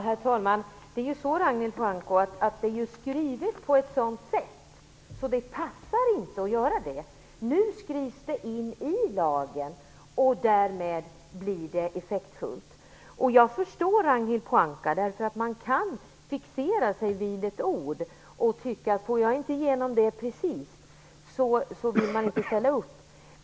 Herr talman! Skrivningen är sådan att det inte passar att göra det. Men nu skrivs detta in i lagen, och därmed blir det effektfullt. Man kan fixera sig vid ett enda ord och tycka att om man inte precis får igenom en sak vill man inte ställa upp.